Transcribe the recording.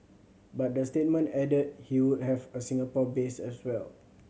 but the statement added he would have a Singapore base as well